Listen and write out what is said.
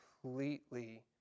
completely